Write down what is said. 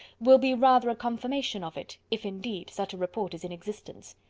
will be rather a confirmation of it if, indeed, such a report is in existence.